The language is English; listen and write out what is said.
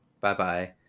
Bye-bye